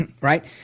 right